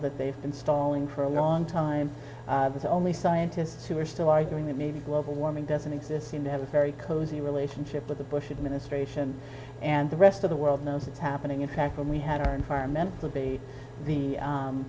that they've been stalling for a long time it's only scientists who are still arguing that maybe global warming doesn't exist seem to have a very cozy relationship with the bush administration and the rest of the world knows it's happening in fact when we had our environmental b the